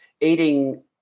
eating